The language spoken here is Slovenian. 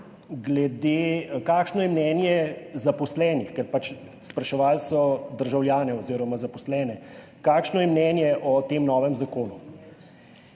kakšno je mnenje zaposlenih, ker spraševali so državljane oziroma zaposlene kakšno je mnenje o tem novem zakonu